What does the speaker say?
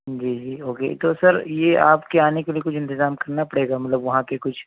جی جی اوکے تو سر یہ آپ کے آنے کے لیے کچھ انتظام کرنا پڑے گا مطلب وہاں کے کچھ